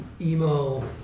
emo